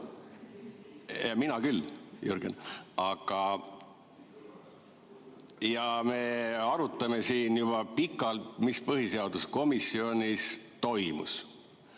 mina küll, Jürgen – ja me arutame siin juba pikalt, mis põhiseaduskomisjonis toimus